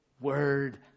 word